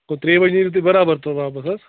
گوٚو ترٛیہِ بجہِ نیٖرِو تُہۍ برابر تورٕ واپس حظ